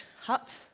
hut